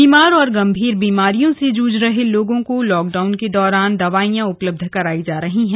बीमार और गम्भीर बीमारियों से जूझ रहे लोगों को लॉक डाउन के दौरान दवाईयां उपलब्ध कराई जा रही है